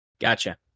Gotcha